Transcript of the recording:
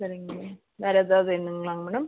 சரிங்க மேடம் வேறு எதாவது வேணுங்ளாங்க மேடம்